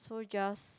so just